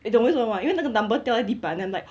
你懂为什么吗因为那个 number 掉在地板 then I'm like